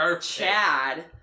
Chad